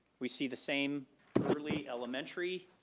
we see the same early elementary